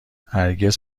هرگز